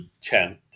chant